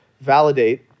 validate